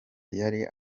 yari